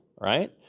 right